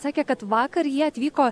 sakė kad vakar jie atvyko